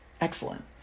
Excellent